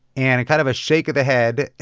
and and kind of a shake of the head.